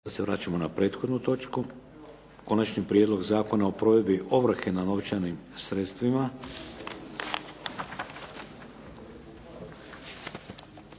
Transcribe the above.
Sada se vraćamo na prethodnu točku - Konačni prijedlog Zakona o provedbi ovrhe na novčanim sredstvima,